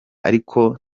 ariko